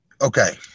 Okay